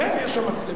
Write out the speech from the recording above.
כן, יש שם מצלמות.